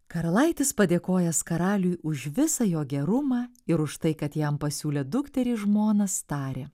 karalaitis padėkojęs karaliui už visą jo gerumą ir už tai kad jam pasiūlė dukterį į žmonas tarė